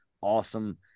awesome